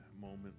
moment